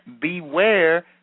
beware